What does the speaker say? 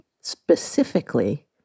specifically